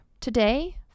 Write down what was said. Today